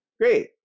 Great